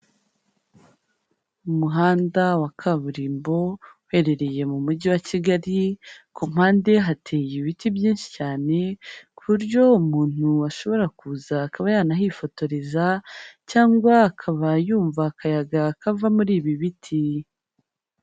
Muhanda wa kaburimbo uherereye mu Mujyi wa Kigali, ku mpande hateye ibiti byinshi cyan,e ku buryo umuntu ashobora kuza akaba yanahifotoreza cyangwa akaba yumva akayaga kava muri ibi biti.